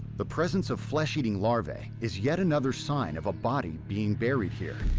the presence of flesh-eating larvae is yet another sign of a body being buried here.